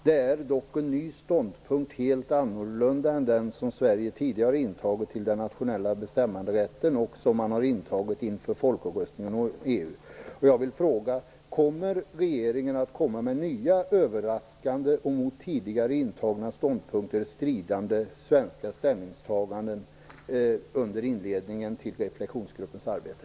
Det är dock en helt ny ståndpunkt som är helt annorlunda än den som Sverige tidigare har intagit till den nationella bestämmanderätten, bl.a. inför folkomröstningen om Jag vill fråga: Kommer regeringen att komma med nya överraskande och mot tidigare intagna ståndpunkter stridande svenska ställningstaganden under inledningen av reflexionsgruppens arbete?